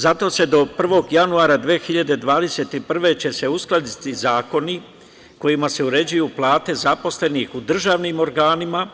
Zato će se do 1. januara 2021. godine uskladiti zakoni kojima se uređuju plate zaposlenih u državnim organima,